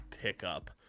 PickUp